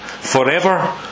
Forever